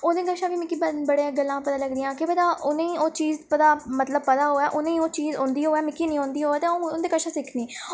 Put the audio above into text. ओह्दे कशा बी मिकी बड़ियां गल्लां पता लगदियां केह् पता उ'नें ओह् चीज दा मतलब पता होऐ उ'नें ओह् चीज औंदी होऐ मिकी निं औंदी होऐ ते अ'ऊं उं'दे कशा सिक्खनी